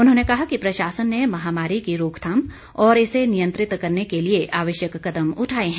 उन्होंने कहा कि प्रशासन ने महामारी की रोकथाम और इसे नियंत्रित करने के लिए आवश्यक कदम उठाए हैं